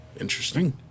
Interesting